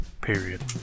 period